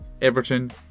Everton